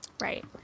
Right